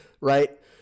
right